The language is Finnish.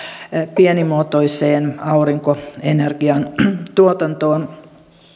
pienimuotoiseen aurinkoenergian tuotantoon